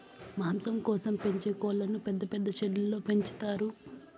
మాంసం కోసం పెంచే కోళ్ళను పెద్ద పెద్ద షెడ్లలో పెంచుతారు